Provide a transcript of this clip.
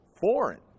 foreign